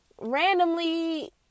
randomly